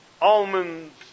almonds